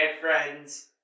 friends